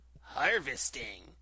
harvesting